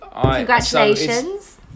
Congratulations